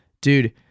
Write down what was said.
dude